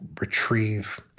retrieve